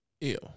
Ew